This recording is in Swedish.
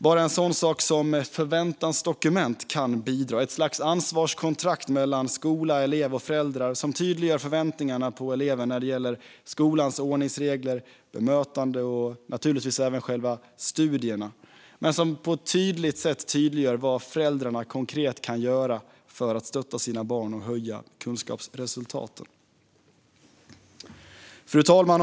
Bara en sådan sak som förväntansdokument kan bidra, ett slags ansvarskontrakt mellan skola, elev och föräldrar som tydliggör förväntningarna på eleven när det gäller skolans ordningsregler, bemötande och naturligtvis även själva studierna, men som också tydliggör vad föräldrarna konkret kan göra för att stötta sina barn och höja kunskapsresultaten. Fru talman!